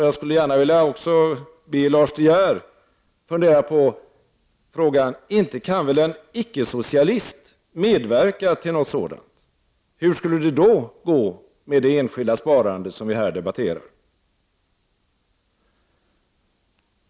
Jag skulle också gärna vilja be Lars De Geer att fundera på en sak: Inte kan väl en icke-socialist medverka till ett sådant beslut? Hur skulle det då gå med det enskilda sparandet, som vi debatterar här!